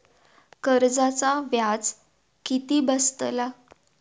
कर्जाचा व्याज किती बसतला?